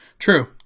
True